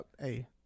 hey